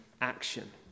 action